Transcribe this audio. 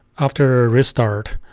after restart.